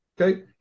Okay